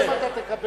עליהם אתה תקבל,